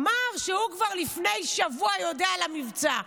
אמר שהוא כבר לפני שבוע יודע על המבצע.